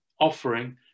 offering